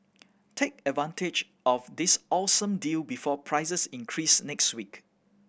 take advantage of this awesome deal before prices increase next week